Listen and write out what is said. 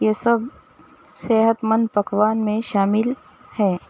یہ سب صحتمند پکوان میں شامل ہیں